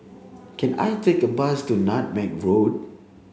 can I take a bus to Nutmeg Road